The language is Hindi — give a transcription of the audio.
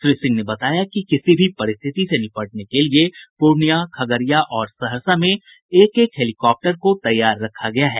श्री सिंह ने बताया कि किसी भी परिस्थिति से निपटने के लिये पूर्णियां खगड़िया और सहरसा में एक एक हेलीकाप्टर को तैयार रखा गया है